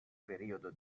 periodo